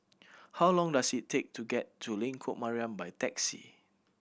how long does it take to get to Lengkok Mariam by taxi